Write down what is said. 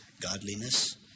godliness